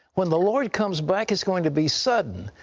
when the lord comes back is going to be sudden.